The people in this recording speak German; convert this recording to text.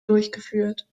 durchgeführt